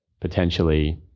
potentially